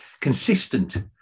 Consistent